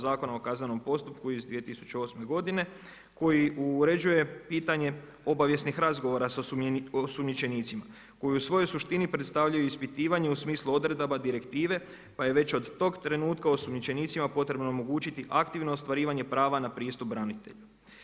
Zakona o kaznenom postupku iz 2008. godine koji uređuje pitanje obavijesnih razgovora sa osumnjičenicima koji u svojoj suštini predstavljaju ispitivanje u smislu odredaba direktive pa je već od tog trenutka osumnjičenicima potrebno omogućiti aktivno ostvarivanje prava na pristup branitelju.